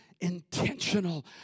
intentional